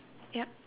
yup